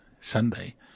Sunday